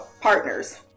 partners